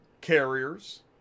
carriers